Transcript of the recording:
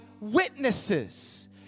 witnesses